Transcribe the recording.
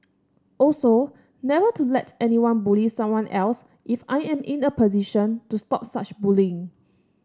also never to let anyone bully someone else if I am in a position to stop such bullying